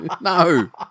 No